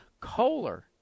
Kohler